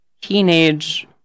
teenage